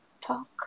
talk